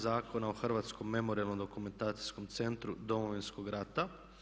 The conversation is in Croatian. Zakona o Hrvatskom memorijalno-dokumentacijskom centru Domovinskog rata.